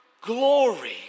glory